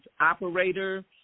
operator